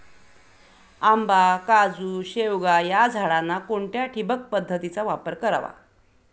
आंबा, काजू, शेवगा या झाडांना कोणत्या ठिबक पद्धतीचा वापर करावा?